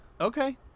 Okay